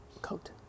coat